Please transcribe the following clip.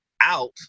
out